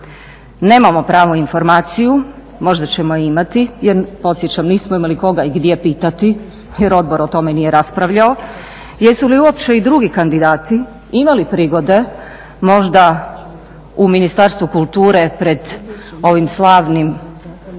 Nemamo pravu informaciju, možda ćemo je imati jer podsjećam nismo imali koga i gdje pitati jer odbor o tome nije raspravljao jesu li uopće i drugi kandidati imali prigode možda u Ministarstvu kulture pred ovim slavnim